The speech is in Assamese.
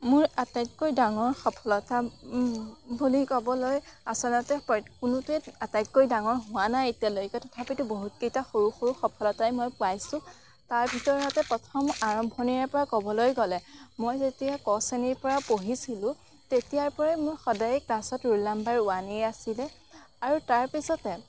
মোৰ আটাইতকৈ ডাঙৰ সফলতা বুলি ক'বলৈ আচলতে প্ৰতে কোনোটোৱেই আটাইতকৈ ডাঙৰ হোৱা নাই এতিয়ালৈকে তথাপিতো বহুতকেইটা সৰু সৰু সফলতাই মই পাইছোঁ তাৰ ভিতৰতে প্ৰথম আৰম্ভণিৰে পৰা ক'বলৈ গ'লে মই যেতিয়া ক শ্ৰেণীৰ পৰা পঢ়িছিলোঁ তেতিয়াৰ পৰাই মোৰ সদায় ক্লাছত ৰোল নম্বৰ ওৱানেই আছিলে আৰু তাৰপিছতে